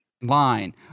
line